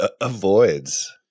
avoids